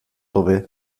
hobe